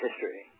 history